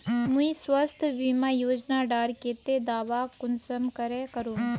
मुई स्वास्थ्य बीमा योजना डार केते दावा कुंसम करे करूम?